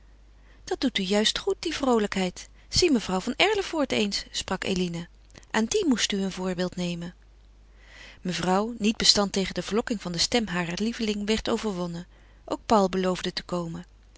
dat doet u juist goed die vroolijkheid zie mevrouw van erlevoort eens sprak eline aan die moest u een voorbeeld nemen mevrouw niet bestand tegen de verlokking van de stem harer lieveling werd overwonnen ook paul beloofde te komen